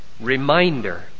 reminder